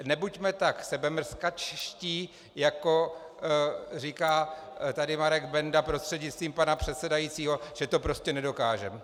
Nebuďme tak sebemrskačští, jako říká tady Marek Benda prostřednictvím pana předsedajícího, že to prostě nedokážeme.